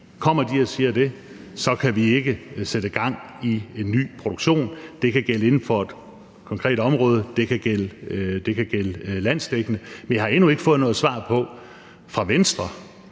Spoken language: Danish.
Kommer de og siger det, så kan vi ikke sætte gang i en ny produktion. Det kan gælde inden for et konkret område; det kan gælde landsdækkende. Men jeg har endnu ikke fået noget svar fra Venstre,